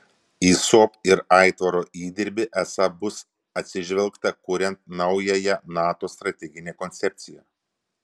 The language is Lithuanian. į sop ir aitvaro įdirbį esą bus atsižvelgta kuriant naująją nato strateginę koncepciją